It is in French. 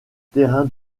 terrain